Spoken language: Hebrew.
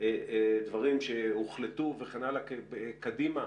דברים שהוחלטו קדימה.